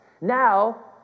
now